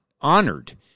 honored